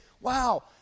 wow